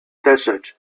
desert